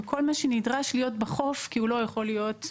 וכל מה שנדרש להיות בחוף כי הוא לא יכול בעורף,